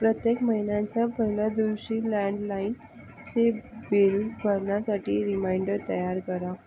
प्रत्येक महिन्यांचा पहिल्या दिवशी लँडलाईन चे बिल भरण्यासाठी रिमाइंडर तयार करा